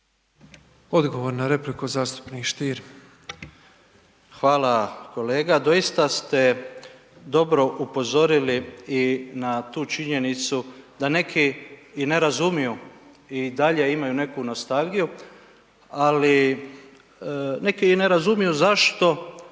Davor Ivo (HDZ)** Hvala kolega. Doista ste dobro upozorili i na tu činjenicu da neki i ne razumiju i dalje imaju neku nostalgiju, ali neki i ne razumiju zašto,